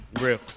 real